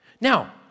Now